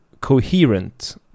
coherent